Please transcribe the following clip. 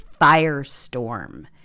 firestorm